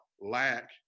lack